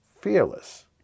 fearless